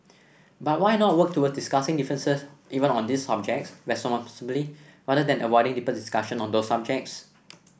but why not work towards discussing differences even on those subjects responsibly rather than avoiding deeper discussion on those subjects